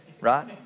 right